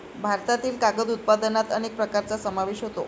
भारतातील कागद उत्पादनात अनेक प्रकारांचा समावेश होतो